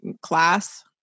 class